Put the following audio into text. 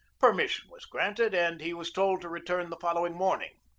permission was granted and he was told to return the following morning.